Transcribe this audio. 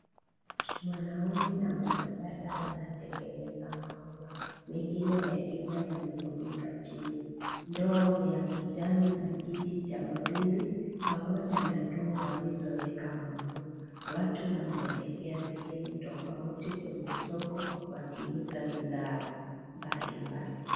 Mwanaume na mwanadada wanatengeneza maua mengine yakiwa yamemwagika chini. Ndoo ya kijani na kiti cha mawimbi pamoja na ndoo walizoeka maua. Watu wanaelekea sehemu tofauti kwenye soko wakiuza bidhaa mbalimbali.